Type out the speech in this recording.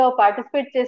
participate